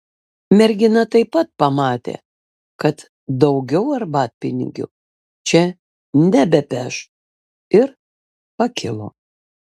mergina taip pat pamatė kad daugiau arbatpinigių čia nebepeš ir pakilo